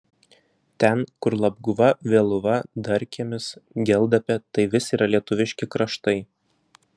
ten kur labguva vėluva darkiemis geldapė tai vis yra lietuviški kraštai